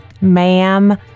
ma'am